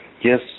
Yes